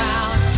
out